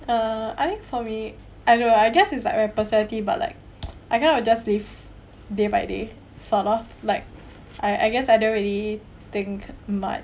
uh I think for me I don't know I guess is like your personality but like I kind of just live day by day sort of like I I guess I don't really think much